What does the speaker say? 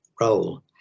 role